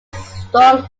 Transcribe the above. strong